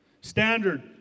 Standard